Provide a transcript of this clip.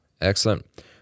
Excellent